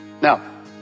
Now